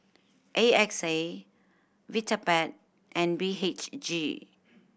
A X A Vitapet and B H G